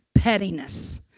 pettiness